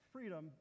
Freedom